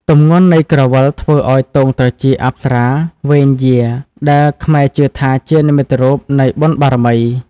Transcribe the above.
ទម្ងន់នៃក្រវិលធ្វើឱ្យទងត្រចៀកអប្សរាវែងយារ ដែលខ្មែរជឿថាជានិមិត្តរូបនៃបុណ្យបារមី។